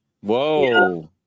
Whoa